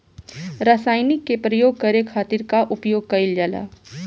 रसायनिक के प्रयोग करे खातिर का उपयोग कईल जाला?